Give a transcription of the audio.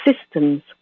systems